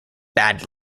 bad